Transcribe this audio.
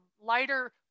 lighter